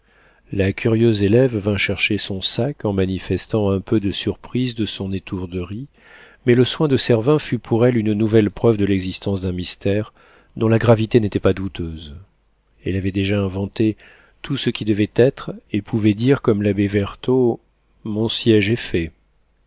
la curieuse élève vint chercher son sac en manifestant un peu de surprise de son étourderie mais le soin de servin fut pour elle une nouvelle preuve de l'existence d'un mystère dont la gravité n'était pas douteuse elle avait déjà inventé tout ce qui devait être et pouvait dire comme l'abbé vertot mon siége est fait